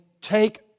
take